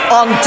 on